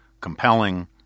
compelling